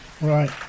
Right